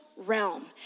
realm